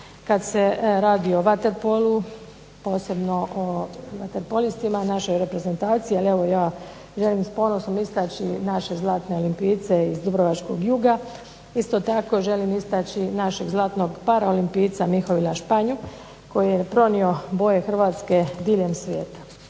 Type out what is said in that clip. kad se radi o vaterpolu, posebno o vaterpolistima, našoj reprezentaciji, ali evo ja želim s ponosom istaći naše zlatne olimpijce iz dubrovačkog juga, isto tako želim istaći našeg zlatnog paraolimpijca Mihovila Španju koji je pronio boje Hrvatske diljem svijeta.